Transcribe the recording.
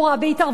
בהתערבות,